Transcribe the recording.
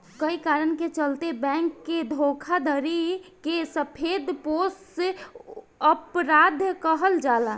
कए कारण के चलते बैंक के धोखाधड़ी के सफेदपोश अपराध कहल जाला